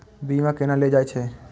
बीमा केना ले जाए छे?